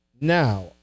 Now